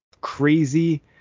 crazy